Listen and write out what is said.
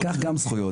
קח גם זכויות.